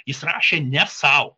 jis rašė ne sau